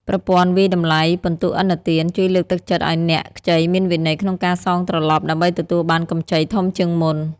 ប្រព័ន្ធវាយតម្លៃពិន្ទុឥណទាន ជួយលើកទឹកចិត្តឱ្យអ្នកខ្ចីមានវិន័យក្នុងការសងត្រឡប់ ដើម្បីទទួលបានកម្ចីធំជាងមុន។